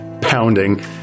pounding